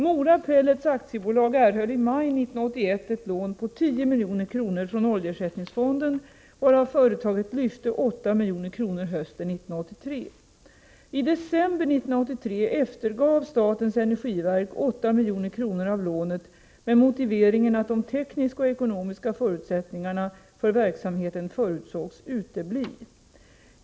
Mora Pellets AB erhöll i maj 1981 ett lån på 10 milj.kr. från oljeersättningsfonden, varav företaget lyfte 8 milj.kr. hösten 1983. I december 1983 eftergav statens energiverk 8 milj.kr. av lånet med motiveringen att de tekniska och ekonomiska förutsättningarna för verksamheten förutsågs utebli.